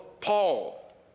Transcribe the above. Paul